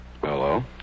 Hello